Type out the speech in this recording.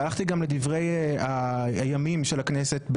והלכתי גם לדברי הימים של הכנסת,